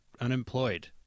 unemployed